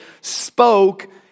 spoke